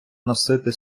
носити